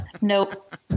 Nope